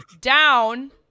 down